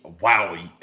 wow